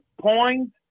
point